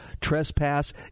trespass